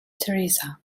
teresa